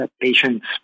patients